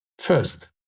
First